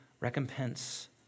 recompense